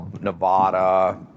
Nevada